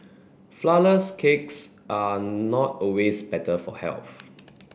flour less cakes are not always better for health